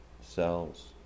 cells